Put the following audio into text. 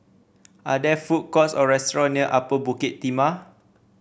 are there food courts or restaurants near Upper Bukit Timah